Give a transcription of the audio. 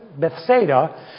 Bethsaida